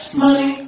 money